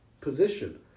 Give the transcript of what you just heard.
position